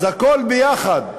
אז הכול ביחד,